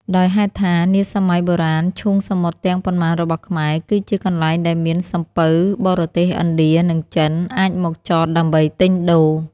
ដោយហេតុថា នាសម័យបុរាណឈូងសមុទ្រទាំងប៉ុន្មានរបស់ខ្មែរ គឺជា កន្លែងដែលមាន សំពៅបរទេសឥណ្ឌា និងចិន អាចមកចតដើម្បីទិញដូរ ។